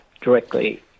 directly